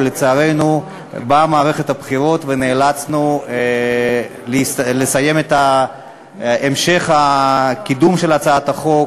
ולצערנו באה מערכת הבחירות ונאלצנו לסיים את המשך קידום הצעת החוק.